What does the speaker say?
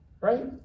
right